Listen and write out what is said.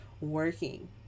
working